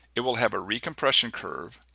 it will have a recompression curve,